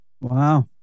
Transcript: Wow